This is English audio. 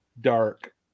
dark